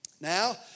Now